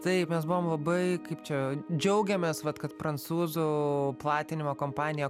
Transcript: taip mes buvom labai kaip čia džiaugiamės vat kad prancūzų platinimo kompanija